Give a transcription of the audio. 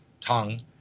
tongue